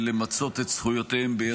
למצות את זכויותיהם ביתר קלות.